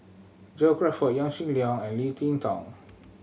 John Crawfurd Yaw Shin Leong and Leo Ting Tong